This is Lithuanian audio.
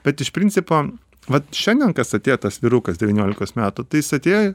bet iš principo vat šiandien kas atėjo tas vyrukas devyniolikos metų tai jis atėjo